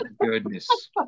goodness